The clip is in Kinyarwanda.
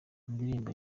indirimbo